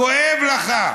כואב לך.